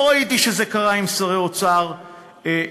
לא ראיתי שזה קרה עם שרי אוצר קודמים.